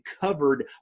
covered